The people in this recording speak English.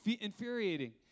infuriating